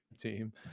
team